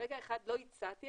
לא הצעתי,